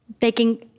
Taking